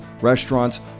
restaurants